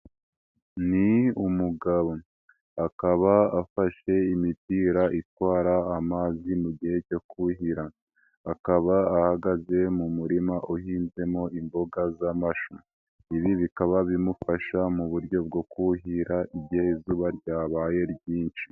Ni umugabo. Akaba afashe imipira itwara amazi mu gihe cyo kuhira. Akaba ahagaze mu murima uhinzemo imboga z'amashu. Ibi bikaba bimufasha mu buryo bwo kuhira igihe izuba ryabaye ryinshi.